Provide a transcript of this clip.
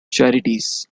charities